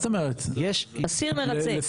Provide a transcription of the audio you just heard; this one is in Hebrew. אסיר מרצה.